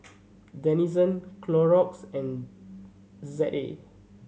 Denizen Clorox and Z A